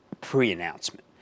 pre-announcement